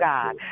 God